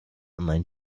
mein